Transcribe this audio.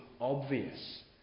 obvious